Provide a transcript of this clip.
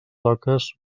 toques